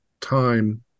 time